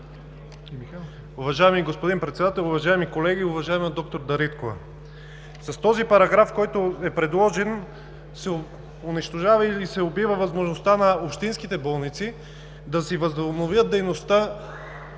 Уважаеми господин Председател, уважаеми колеги! Уважаема д-р Дариткова, с този параграф, който е предложен, се унищожава или се убива възможността на общинските болници да възобновят дейността